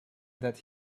that